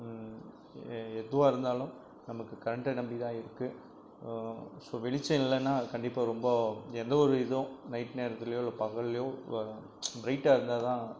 எதுவாயிருந்தாலும் நமக்கு கரண்ட்டை நம்பிதான் இருக்கு சோ வெளிச்சம் இல்லைனா கண்டிப்பாக ரொம்ப எந்த ஒரு இதுவும் நைட் நேரத்துலேயோ இல்லை பகல்லேயோ பிரைட்டாக இருந்தாதான்